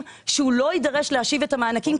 שהוא לא יידרש להשיב את המענקים.